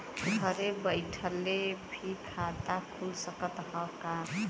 घरे बइठले भी खाता खुल सकत ह का?